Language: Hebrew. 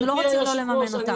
אנחנו לא רוצים לא לממן אותם.